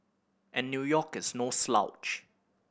and New York is no slouch